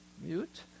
mute